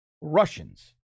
Russians